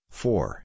four